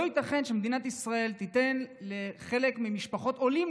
לא ייתכן שמדינת ישראל תיתן לחלק ממשפחות העולים,